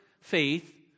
faith